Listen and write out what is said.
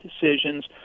decisions